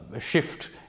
shift